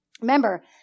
Remember